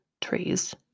trees